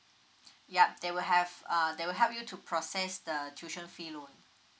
yup they will have uh they will help you to process the tuition fee loan